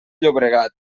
llobregat